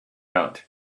out